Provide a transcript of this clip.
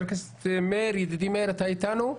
ידידי מאיר, אתה אתנו?